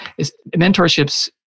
mentorships